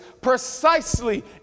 precisely